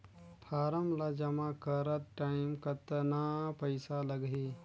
Form ला जमा करत टाइम कतना पइसा लगही?